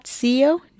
co